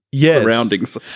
surroundings